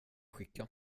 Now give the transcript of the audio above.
skicka